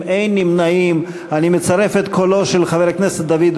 הצעת חוק סדר הדין הפלילי (תיקון מס' 62,